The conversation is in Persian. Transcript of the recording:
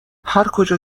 هرکجا